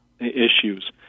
issues